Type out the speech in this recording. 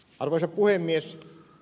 arvoisa puhemies